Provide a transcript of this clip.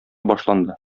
башланды